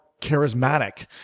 charismatic